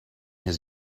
his